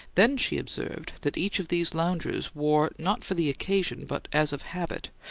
then she observed that each of these loungers wore not for the occasion, but as of habit,